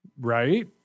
Right